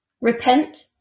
Repent